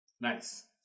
nice